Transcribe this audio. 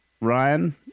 Ryan